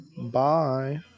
Bye